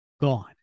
gone